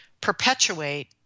perpetuate